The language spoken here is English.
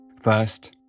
First